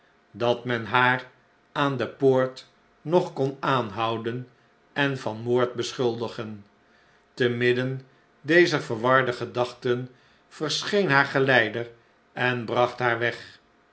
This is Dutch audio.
dat men haar aan de poort nog kon aanhouden en van moord beschuldigen te midden dezer verwarde gedachten verscheen haar geleider en bracht haar weg